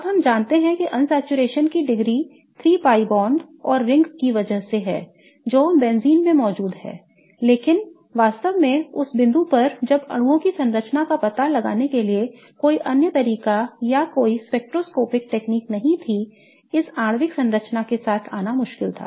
अब हम जानते हैं कि अनसैचुरेशन की डिग्री 3 pi बॉन्ड और रिंग की वजह से है जो बेंजीन में मौजूद है लेकिन वास्तव में उस बिंदु पर जब अणुओं की संरचना का पता लगाने के लिए कोई अन्य तरीका या कोई स्पेक्ट्रोस्कोपिक तकनीक नहीं थी इस आणविक संरचना के साथ आना मुश्किल था